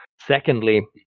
secondly